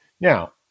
Now